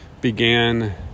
began